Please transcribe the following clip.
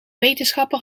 wetenschapper